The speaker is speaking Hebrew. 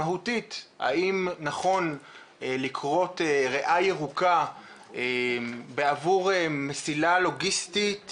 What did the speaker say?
מהותית האם נכון לכרות ריאה ירוקה בעבור מסילה לוגיסטית